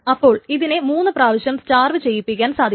അപ്പോൾ ഇതിനെ മൂന്നുപ്രാവശ്യം സ്റ്റാർവ് ചെയ്യിപ്പിക്കാൻ സാധിക്കും